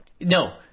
no